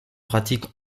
pratique